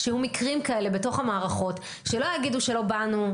כשיהיו מקרים כאלה בתוך המערכות שלא יגידו שלא באנו,